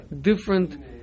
different